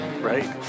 right